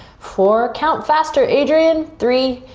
four, count faster adriene, three,